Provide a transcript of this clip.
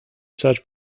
such